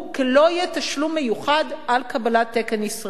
כי לא יהיה תשלום מיוחד על קבלת תקן ישראלי.